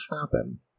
happen